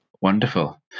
Wonderful